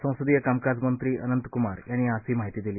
संसदीय कामकाजमंत्री अनंत कुमार यांनी आज ही माहिती दिली